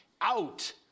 out